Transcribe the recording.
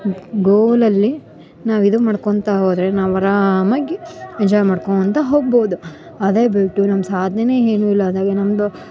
ಗೋಲ್ ಅಲ್ಲಿ ನಾವು ಇದನ್ನ ಮಾಡ್ಕೊಳ್ತಾ ಹೊರೆ ನಾವು ಅರಾಮಾಗಿ ಎಂಜಾಯ್ ಮಾಡ್ಕೋಳ್ತಾ ಹೋಗ್ಬೌದು ಅದೆ ಬಿಟ್ಟು ನಮ್ಮ ಸಾಧ್ನೇನೆ ಏನು ಇಲ್ಲ ಅಂದಾಗ ನಮ್ಮದು